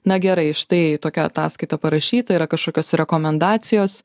na gerai štai tokia ataskaita parašyta yra kažkokios rekomendacijos